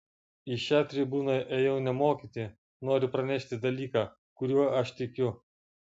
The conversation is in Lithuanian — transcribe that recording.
į šią tribūną ėjau ne mokyti noriu pranešti dalyką kuriuo aš tikiu